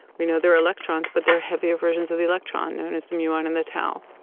we know there are electrons, but there are heavier versions of the electron known as the muon and the tau.